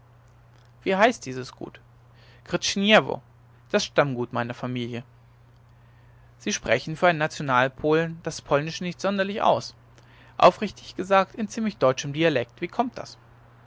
wie hieß dieses gut krcziniewo das stammgut meiner familie sie sprechen für einen nationalpolen das polnische nicht sonderlich aus aufrichtig gesagt in ziemlich deutschem dialekt wie kommt das